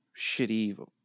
shitty